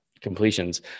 completions